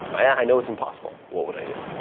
i know it's impossible, what would i do?